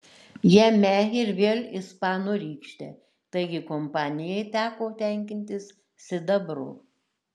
jame ir vėl ispanų rykštė taigi kompanijai teko tenkintis sidabru